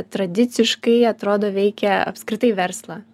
tradiciškai atrodo veikia apskritai verslą